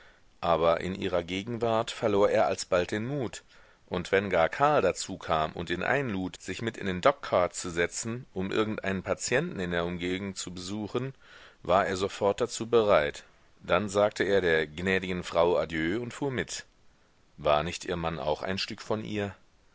aber in ihrer gegenwart verlor er alsbald den mut und wenn gar karl dazukam und ihn einlud sich mit in den dogcart zu setzen um irgendeinen patienten in der umgegend zu besuchen war er sofort dazu bereit dann sagte er der gnädigen frau adieu und fuhr mit war nicht ihr mann auch ein stück von ihr